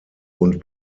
und